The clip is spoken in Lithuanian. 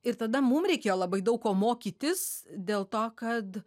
ir tada mum reikėjo labai daug ko mokytis dėl to kad